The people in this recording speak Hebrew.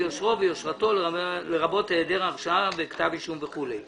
יושרו ויושרתו לרבות היעדר הרשעה וכתב אישום וכולי.